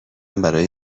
برای